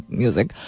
music